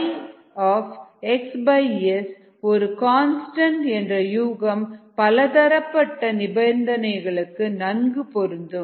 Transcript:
Y xs ஒரு constant என்ற யூகம் பலதரப்பட்ட நிபந்தனைகளுக்கு நன்கு பொருந்தும்